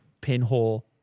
pinhole